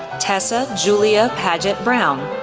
tessa julia paget-brown,